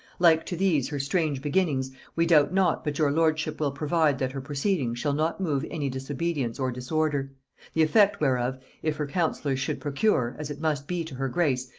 like to these her strange beginnings, we doubt not but your lordship will provide that her proceedings shall not move any disobedience or disorder the effect whereof if her counsellors should procure, as it must be to her grace,